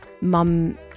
Mum